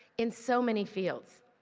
in so many fields.